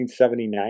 1979